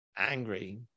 angry